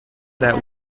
that